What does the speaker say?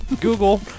Google